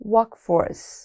Workforce